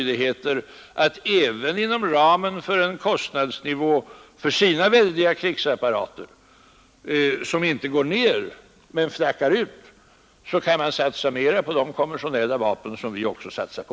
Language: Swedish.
Inom ramen för den kostnadsnivå de har för sina väldiga krigsapparater, som inte går ner men flackar ut, kan ju de berörda stormakterna satsa mera på de konventionella vapen som vi också satsar på.